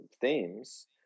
themes